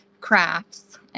crafts